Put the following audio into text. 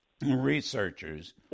researchers